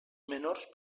menors